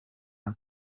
aho